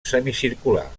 semicircular